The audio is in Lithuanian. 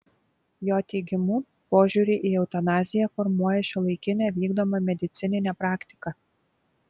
jo teigimu požiūrį į eutanaziją formuoja šiuolaikinė vykdoma medicininė praktika